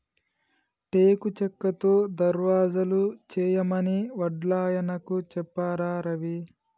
టేకు చెక్కతో దర్వాజలు చేయమని వడ్లాయనకు చెప్పారా రవి